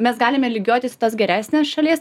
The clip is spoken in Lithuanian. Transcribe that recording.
mes galime lygiuotis į tos geresnes šalis